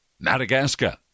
Madagascar